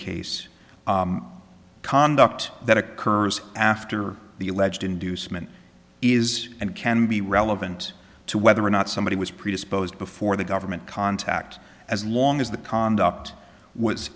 case conduct that occurs after the alleged inducement is and can be relevant to whether or not somebody was predisposed before the government contact as long as the conduct was